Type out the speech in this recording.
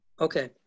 Okay